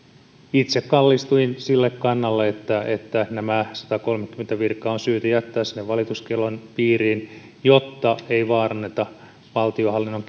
itse kallistuin sille kannalle että että nämä satakolmekymmentä virkaa on syytä jättää sinne valituskiellon piiriin jotta ei vaaranneta valtionhallinnon